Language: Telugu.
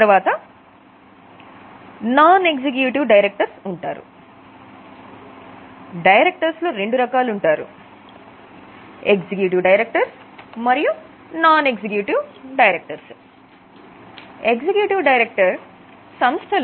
తర్వాత నాన్ ఎగ్జిక్యూటివ్ డైరెక్టర్స్ సంస్థ లో ఫుల్ టైం పనిచేసే అధికారులు